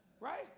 Right